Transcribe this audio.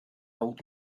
old